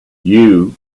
you